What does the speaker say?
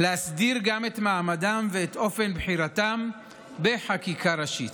להסדיר גם את מעמדם ואת אופן בחירתם בחקיקה ראשית.